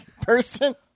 person